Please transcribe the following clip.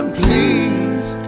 please